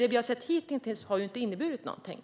Det vi har sett hittills har nämligen inte lett till något.